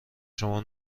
شما